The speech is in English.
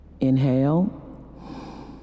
inhale